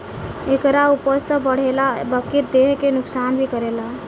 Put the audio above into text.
एकरा उपज त बढ़ेला बकिर देह के नुकसान भी करेला